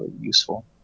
useful